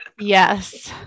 Yes